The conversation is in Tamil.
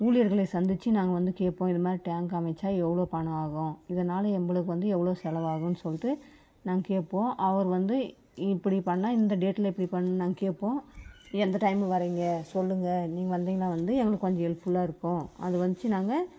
ஊழியர்களை சந்தித்து நாங்கள் வந்து கேட்போம் இது மாதிரி டேங்க் அமைத்தா எவ்வளோ பணம் ஆகும் இதனால் எம்களுக்கு வந்து எவ்வளோ செலவாகும் சொல்லிட்டு நாங்கள் கேட்போம் அவர் வந்து இப்படி பண்ணால் இந்த டேட்டில் இப்படி பண் நாங்க கேட்போம் எந்த டைமில் வர்றீங்க சொல்லுங்கள் நீங்கள் வந்தீங்கன்னால் வந்து எங்களுக்கு கொஞ்சம் ஹெல்ப்ஃபுல்லாக இருக்கும் அது வந்துச்சி நாங்கள்